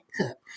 cook